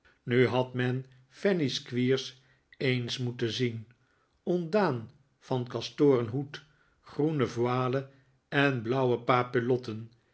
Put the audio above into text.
nu had men fanny squeers eens moeten zien ontdaan van kastoren hoed groene voile en blauwe papillotten